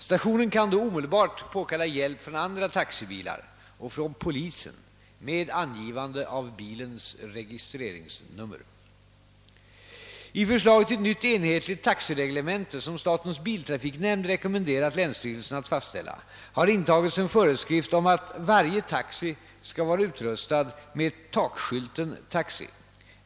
Stationen kan då omedelbart påkalla hjälp I förslag till nytt enhetligt taxireglemente, som statens biltrafiknämnd rekommenderat länsstyrelserna att fastställa har intagits en föreskrift om att varje taxi skall vara utrustad med takskylten »Taxi».